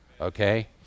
Okay